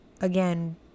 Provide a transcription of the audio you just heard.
again